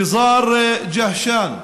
ניזר ג'השאן,